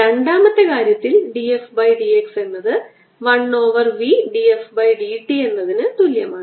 രണ്ടാമത്തെ കാര്യത്തിൽ d f by d x എന്നത് 1 over v d f by d t എന്നതിന് തുല്യമാണ്